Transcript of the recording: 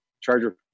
Charger